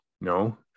No